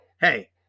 hey